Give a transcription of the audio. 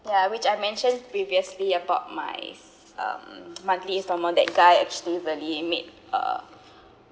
ya which I mentioned previously about my um monthly installment that guy actually really make uh